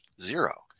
Zero